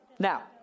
Now